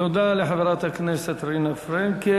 תודה לחברת הכנסת רינה פרנקל.